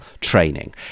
training